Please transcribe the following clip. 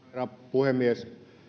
puhemies